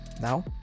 Now